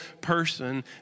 person